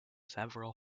several